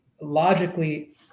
logically